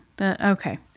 okay